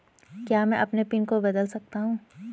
क्या मैं अपने पिन को बदल सकता हूँ?